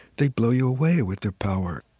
they blow you away with their power